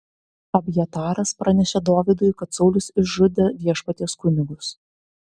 abjataras pranešė dovydui kad saulius išžudė viešpaties kunigus